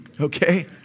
okay